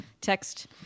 text